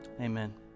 Amen